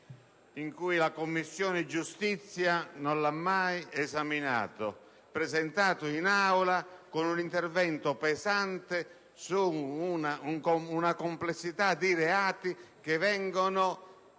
in quanto la Commissione giustizia non l'ha mai vagliato. È stato presentato in Aula operando un intervento pesante su una complessità di reati che vengono